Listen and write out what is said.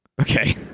Okay